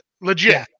Legit